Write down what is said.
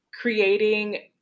creating